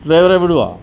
ഡ്രൈവറെ വിടുമോ